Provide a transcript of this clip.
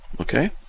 Okay